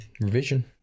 revision